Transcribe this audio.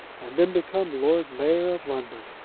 and then become lord mayor of london.